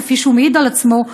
כפי שהוא מעיד על עצמו,